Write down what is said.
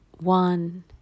One